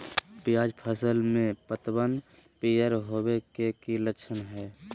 प्याज फसल में पतबन पियर होवे के की लक्षण हय?